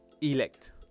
Elect